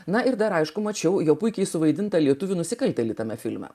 na ir dar aišku mačiau jo puikiai suvaidinta lietuvių nusikaltėlį tame filme